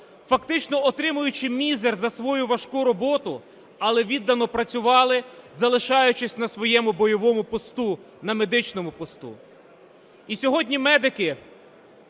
фактично отримуючи мізер за свою важку роботу, але віддано працювали, залишаючись на своєму бойовому посту, на медичному посту. І сьогодні медики